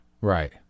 Right